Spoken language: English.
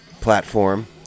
platform